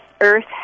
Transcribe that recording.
Earth